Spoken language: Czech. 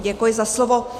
Děkuji za slovo.